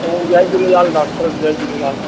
चङु जय झूलेलाल डॉक्टर जय झूलेलाल